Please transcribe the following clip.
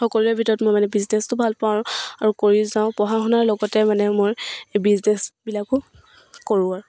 সকলোৱে ভিতৰত মই মানে বিজনেছটো ভাল পাওঁ আৰু কৰি যাওঁ পঢ়া শুনাৰ লগতে মানে মই বিজনেচবিলাকো কৰোঁ আৰু